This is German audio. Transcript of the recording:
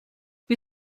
wie